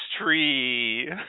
tree